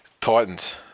Titans